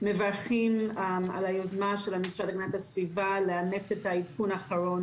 מברכים על היוזמה של המשרד להגנת הסביבה לאמץ את העדכון האחרון